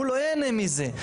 הוא לא ייהנה מזה.